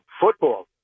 football